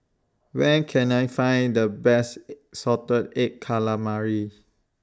Where Can I Find The Best Salted Egg Calamari